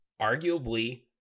arguably